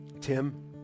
Tim